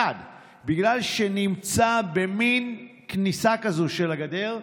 אחד, בגלל שהוא נמצא במין כניסה כזו של הגדר,